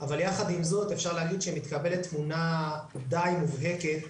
אבל יחד עם זאת אפשר להגיד שמתקבלת תמונה די מובהקת